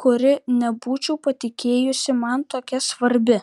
kuri nebūčiau patikėjusi man tokia svarbi